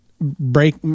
break